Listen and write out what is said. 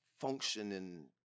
functioning